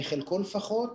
לפחות בחלקו.